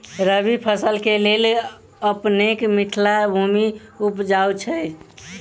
रबी फसल केँ लेल अपनेक मिथिला भूमि उपजाउ छै